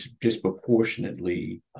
disproportionately